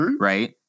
Right